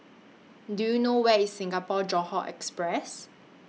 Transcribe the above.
Do YOU know Where IS Singapore Johore Express